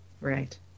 Right